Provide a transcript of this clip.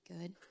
good